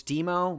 Demo